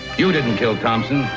you didn't kill thompson,